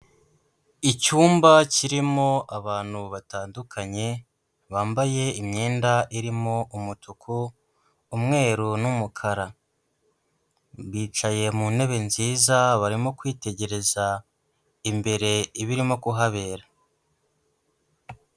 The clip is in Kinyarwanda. Icyumba kirimo abantu batandukanye, bambaye imyenda irimo umutuku, umweru n'umukara. Bicaye mu ntebe nziza, barimo kwitegereza imbere ibirimo kuhabera.